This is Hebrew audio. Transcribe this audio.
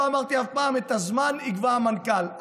לא אמרתי אף פעם שאת הזמן יקבע המנכ"ל,